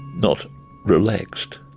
not relaxed.